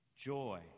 joy